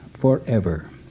forever